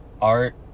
art